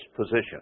position